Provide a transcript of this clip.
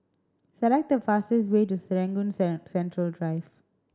select the fastest way to Serangoon Central Drive